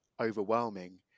overwhelming